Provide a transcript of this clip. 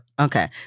Okay